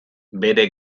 bere